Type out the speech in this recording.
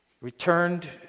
Returned